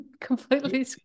Completely